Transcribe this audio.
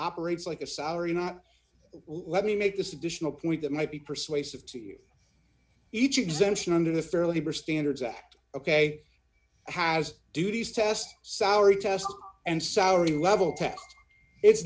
operates like a salary not let me make this additional point that might be persuasive to you each exemption under the fair labor standards act ok has duties test salary test and saudi level it's